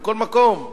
בכל מקום,